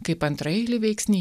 kaip antraeilį veiksnį